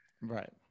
Right